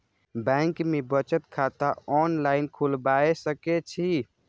Bank में बचत खाता ऑनलाईन खोलबाए सके छी?